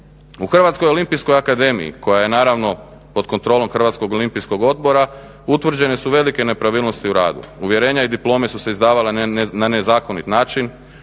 U Hrvatskoj olimpijskoj akademiji koja je naravno pod kontrolom Hrvatskog olimpijskog odbora utvrđene su velike nepravilnosti u radu. Uvjerenja i diplome su se izdavale na nezakonit način,